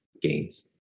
gains